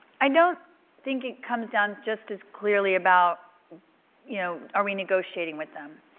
i don't think it comes down to just as clearly about you know are we negotiating with them.